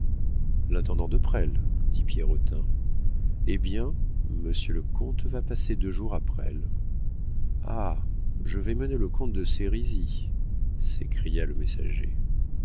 l'intendant de presles dit pierrotin eh bien monsieur le comte va passer deux jours à presles ah je vais mener le comte de sérisy s'écria le messager